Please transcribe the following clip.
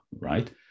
right